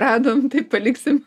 radom taip paliksim